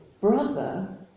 Brother